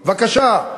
בבקשה.